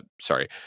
sorry